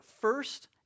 first